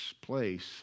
place